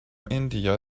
india